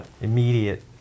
immediate